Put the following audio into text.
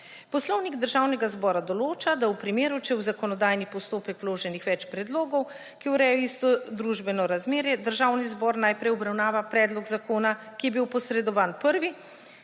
Poslovnik Državnega zbora določa, da če je v zakonodajni postopek vloženih več predlogov, ki urejajo isto družbeno razmerje, Državni zbor najprej obravnava predlog zakona, ki je bil posredovan prvi.